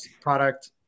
product